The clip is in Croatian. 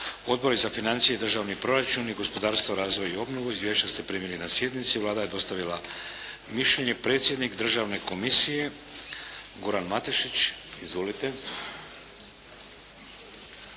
Odbori za financije i državni proračun i gospodarstvo, razvoj i obnovu. Izvješća ste primili na sjednici. Vlada je dostavila mišljenje. Predsjednik Državne komisije Goran Matešić. Izvolite.